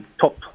top